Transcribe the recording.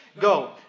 Go